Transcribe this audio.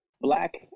black